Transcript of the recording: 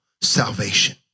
salvation